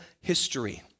history